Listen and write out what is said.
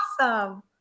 awesome